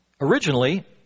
Originally